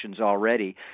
already